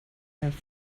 have